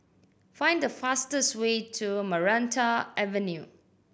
find the fastest way to Maranta Avenue